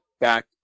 back